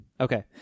Okay